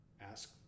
ask